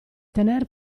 tener